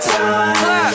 time